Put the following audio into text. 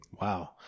Wow